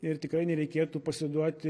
ir tikrai nereikėtų pasiduoti